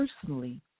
personally